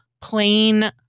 plain